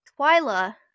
Twyla